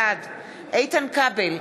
בעד איתן כבל,